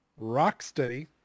Rocksteady